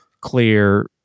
clear